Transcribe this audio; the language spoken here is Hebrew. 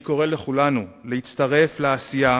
אני קורא לכולנו להצטרף לעשייה